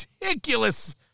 ridiculous